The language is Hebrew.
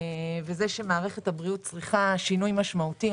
וזה שמערכת הבריאות צריכה שינוי משמעותי.